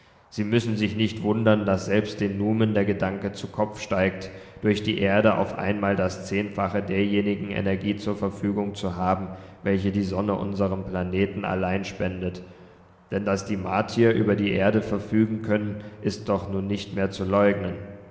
sie müssen sich nicht wundern daß selbst den numen der gedanke zu kopf steigt durch die erde auf einmal das zehnfache derjenigen energie zur verfügung zu haben welche die sonne unserm planeten allein spendet denn daß die martier über die erde verfügen können ist doch nun nicht mehr zu leugnen